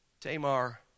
Tamar